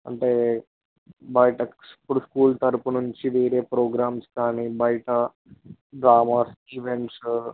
అంటే బయటకు ఇప్పుడు స్కూల్ తరఫు నుంచి వేరే ప్రోగ్రామ్స్ కానీ బయట డ్రామాస్ ఈవెంట్సు